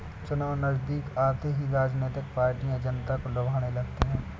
चुनाव नजदीक आते ही राजनीतिक पार्टियां जनता को लुभाने लगती है